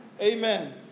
Amen